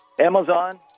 Amazon